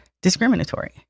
discriminatory